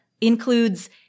includes